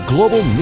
Global